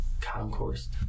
concourse